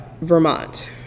Vermont